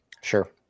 sure